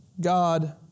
God